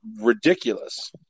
ridiculous